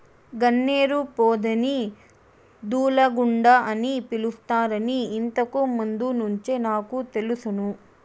గన్నేరు పొదని దూలగుండ అని పిలుస్తారని ఇంతకు ముందు నుంచే నాకు తెలుసును